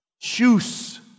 shoes